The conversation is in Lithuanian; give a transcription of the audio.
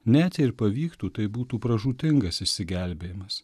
net jei ir pavyktų tai būtų pražūtingas išsigelbėjimas